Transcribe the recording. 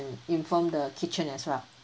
inform the kitchen as well